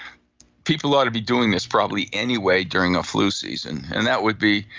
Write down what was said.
people ought to be doing this probably anyway during a flu season. and that would be,